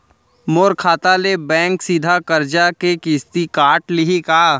मोर खाता ले बैंक सीधा करजा के किस्ती काट लिही का?